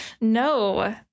no